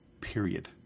Period